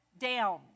down